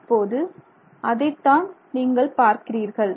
இப்போது அதைத்தான் நீங்கள் பார்க்கிறீர்கள்